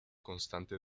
constante